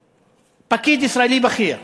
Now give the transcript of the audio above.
שפקיד ישראלי בכיר,